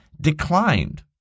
declined